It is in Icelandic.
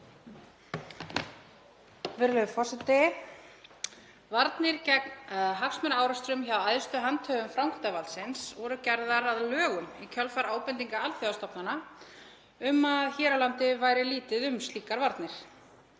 Virðulegur forseti. Varnir gegn hagsmunaárekstrum hjá æðstu handhöfum framkvæmdarvaldsins voru gerðar að lögum í kjölfar ábendinga alþjóðastofnana um að hér á landi væri lítið um slíkar varnir.